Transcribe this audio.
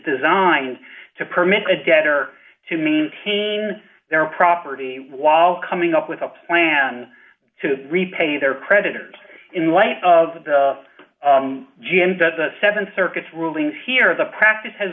designed to permit a debtor to maintain their property while coming up with a plan to repay their creditors in light of the g m doesn't seven circuits ruling here the practice has